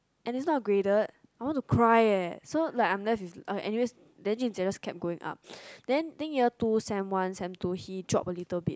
and it's not graded I want to cry eh so like I'm left with uh anyways then jun-jie just kept going up then think year two sem one sem two he drop a little bit